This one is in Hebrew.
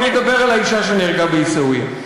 אני מדבר על האישה שנהרגה בעיסאוויה.